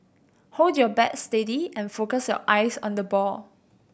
hold your bat steady and focus your eyes on the ball